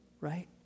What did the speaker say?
right